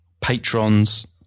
patrons